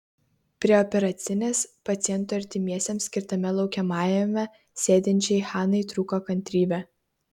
prie operacinės pacientų artimiesiems skirtame laukiamajame sėdinčiai hanai trūko kantrybė